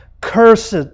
Cursed